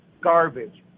garbage